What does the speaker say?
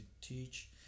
teach